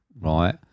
right